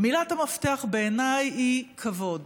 מילת המפתח, בעיניי, היא כבוד,